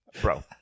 Bro